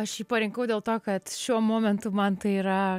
aš jį parinkau dėl to kad šiuo momentu man tai yra